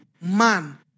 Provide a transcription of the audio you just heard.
Man